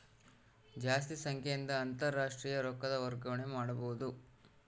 ಜಾಸ್ತಿ ಸಂಖ್ಯೆಯಿಂದ ಅಂತಾರಾಷ್ಟ್ರೀಯ ರೊಕ್ಕದ ವರ್ಗಾವಣೆ ಮಾಡಬೊದು